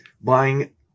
Buying